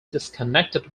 disconnected